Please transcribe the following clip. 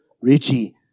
Richie